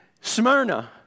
Smyrna